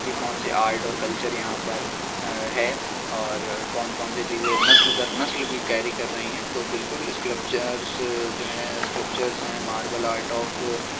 کہ کون سے آرٹ اور کلچر یہاں پر ہے اور کون کون سی چیزیں نسل در نسل بھی کیری کر رہی ہیں تو بالکل اسکلپچر جو ہیں اسکلپچر ہیں ماربل آرٹ آف